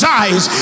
eyes